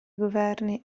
governi